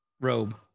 robe